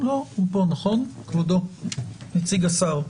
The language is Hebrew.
נציג השר,